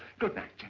good night